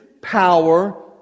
power